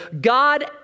God